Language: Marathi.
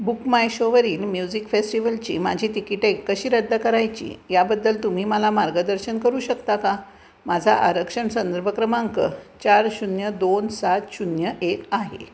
बुक माय शोवरील म्युझिक फेस्टिवलची माझी तिकिटे कशी रद्द करायची याबद्दल तुम्ही मला मार्गदर्शन करू शकता का माझा आरक्षण संदर्भ क्रमांक चार शून्य दोन सात शून्य एक आहे